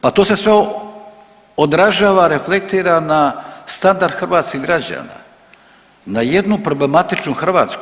Pa to se sve odražava, reflektira na standard hrvatskih građana, na jednu problematičnu Hrvatsku.